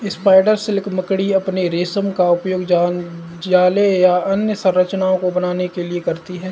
spider silk मकड़ी अपने रेशम का उपयोग जाले या अन्य संरचनाओं को बनाने के लिए करती हैं